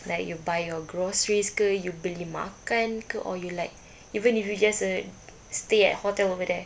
like you buy your groceries ke you beli makan ke or you like even if you just uh stay at hotel over there